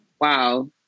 Wow